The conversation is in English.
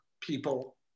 people